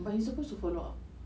but he's suppose to follow up